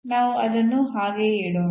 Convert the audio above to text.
ನಾವು ಅದನ್ನು ಹಾಗೆಯೇ ಇಡೋಣ